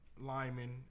lineman